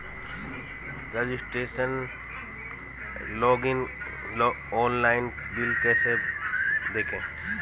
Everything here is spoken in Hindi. रजिस्ट्रेशन लॉगइन ऑनलाइन बिल कैसे देखें?